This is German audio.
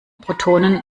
protonen